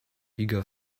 eager